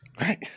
Right